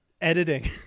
editing